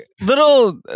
little